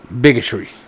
bigotry